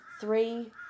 three